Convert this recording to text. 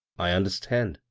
i understand,